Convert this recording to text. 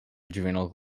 adrenal